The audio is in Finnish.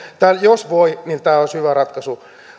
ja jos voivat niin tämä olisi hyvä ratkaisu